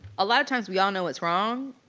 a lot of times we all know what's wrong,